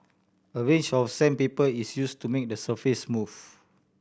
a range of sandpaper is used to make the surface smooth